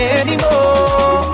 anymore